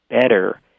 better